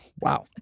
Wow